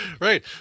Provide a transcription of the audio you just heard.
Right